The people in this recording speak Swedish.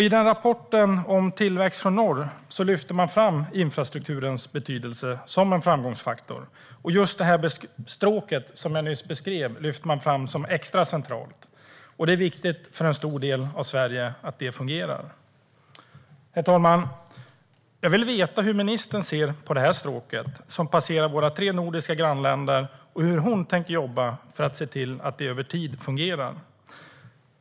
I rapporten om tillväxt från norr lyftes infrastrukturens betydelse fram som en framgångsfaktor. Just det stråk som jag nämnde lyftes fram som extra centralt. Det är viktigt för en stor del av Sverige att det fungerar. Herr talman! Jag vill veta hur ministern ser på detta stråk som passerar genom tre nordiska grannländer och hur hon tänker jobba för att se till att det fungerar över tid.